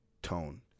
tone